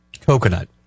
coconut